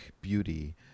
beauty